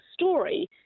story